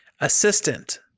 assistant